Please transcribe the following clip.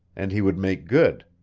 and he would make good.